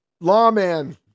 Lawman